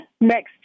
next